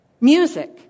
Music